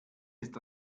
ist